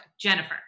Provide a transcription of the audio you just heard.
Jennifer